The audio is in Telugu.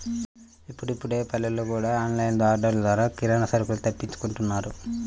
ఇప్పుడిప్పుడే పల్లెల్లో గూడా ఆన్ లైన్ ఆర్డర్లు ద్వారా కిరానా సరుకుల్ని తెప్పించుకుంటున్నారు